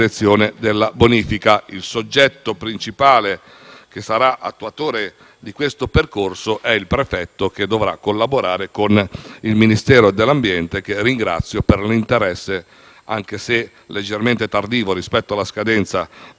che sarà attuatore di questo percorso è il prefetto, che dovrà collaborare con il Ministero dell'ambiente che ringrazio per l'interesse, anche se leggermente tardivo rispetto alla scadenza del 21 dicembre scorso, rispetto a questa realtà